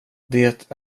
det